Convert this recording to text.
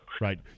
Right